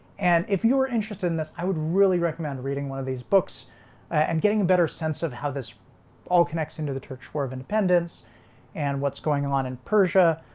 and if you were interested in this i would really recommend reading one of these books and getting a better sense of how this all connects into the church war of independence and what's going on in persia?